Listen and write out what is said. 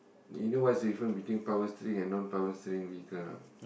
you know what is the difference between power steering and non power steering vehicle or not